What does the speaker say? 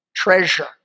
treasure